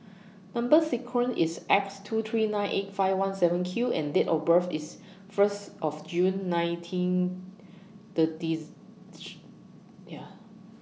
Number sequence IS X two three nine eight five one seven Q and Date of birth IS First of June nineteen thirties yeah